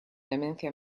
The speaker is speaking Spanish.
demencia